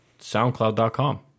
SoundCloud.com